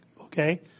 Okay